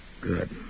Good